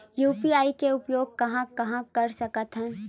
UPI के उपयोग कहां कहा कर सकत हन?